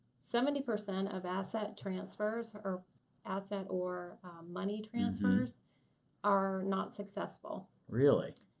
seventy percent of asset transfers or asset or money transfers are not successful. really?